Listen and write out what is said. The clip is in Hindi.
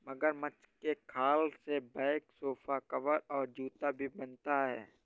मगरमच्छ के खाल से बैग सोफा कवर और जूता भी बनता है